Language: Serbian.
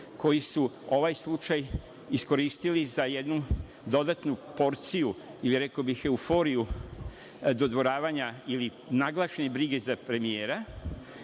koji su ovaj slučaj iskoristili za jednu dodatnu porciju, ili reko bih euforiju, dodvoravanja ili naglašene brige za premijera,